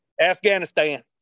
Afghanistan